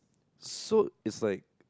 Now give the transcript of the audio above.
so it's like